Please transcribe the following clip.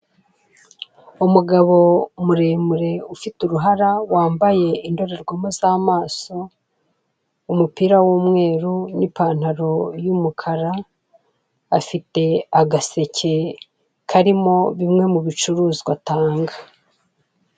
Umugabo muremure ufite uruhara wambaye indorerwamo z'amaso, umupira w'umweru n'ipantaro y'umukara afite agaseke karimo bimwe mu bicuruzwa atanga.